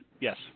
yes